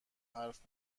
حرف